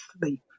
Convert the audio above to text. sleep